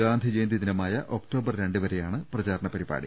ഗാന്ധിജയന്തി ദിനമായ ഒക്ടോ ബർ രണ്ടുവരെയാണ് പ്രചാരണ പരിപാടി